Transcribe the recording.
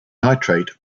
nitrate